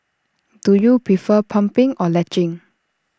do you prefer pumping or latching